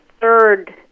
third